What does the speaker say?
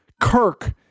Kirk